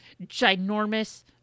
ginormous